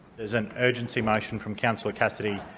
there's an urgency motion from councillor cassidy,